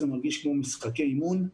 זה מרגיש כמו משחקי אימון.